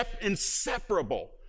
inseparable